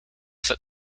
foot